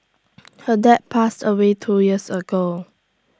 her dad passed away two years ago